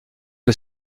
que